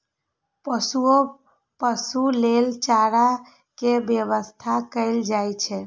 पोसुआ पशु लेल चारा के व्यवस्था कैल जाइ छै